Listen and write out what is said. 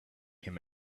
him